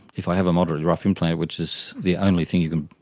if i have a moderately rough implant, which is the only thing you can